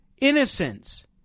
innocence